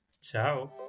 ciao